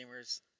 gamers